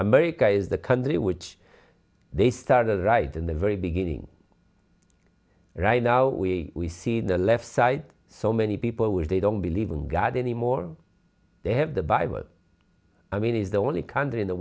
america is the country which they started right in the very beginning right now we see the left side so many people when they don't believe in god anymore they have the bible i mean is the only country in the